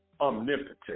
Omnipotent